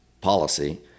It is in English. policy